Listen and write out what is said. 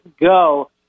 go